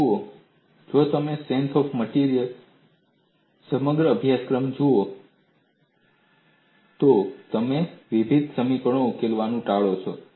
જુઓ જો તમે સ્ટ્રેન્ગ્થ મટેરીઅલ્સનો સમગ્ર અભ્યાસક્રમ જુઓ તો તમે વિભેદક સમીકરણો ઉકેલવાનું ટાળો છો